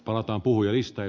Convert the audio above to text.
arvoisa puhemies